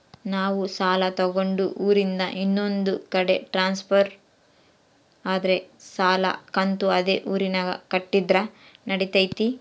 ನಾವು ಸಾಲ ತಗೊಂಡು ಊರಿಂದ ಇನ್ನೊಂದು ಕಡೆ ಟ್ರಾನ್ಸ್ಫರ್ ಆದರೆ ಸಾಲ ಕಂತು ಅದೇ ಊರಿನಾಗ ಕಟ್ಟಿದ್ರ ನಡಿತೈತಿ?